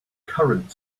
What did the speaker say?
current